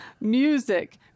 Music